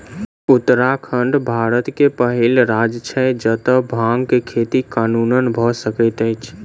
उत्तराखंड भारत के पहिल राज्य छै जतअ भांग के खेती कानूनन भअ सकैत अछि